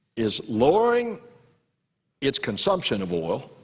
is lowering its consumption of oil.